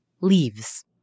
leaves